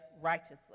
righteously